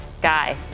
guy